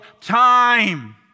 time